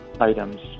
items